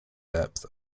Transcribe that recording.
depth